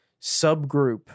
subgroup